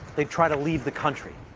they'd try to leave the country.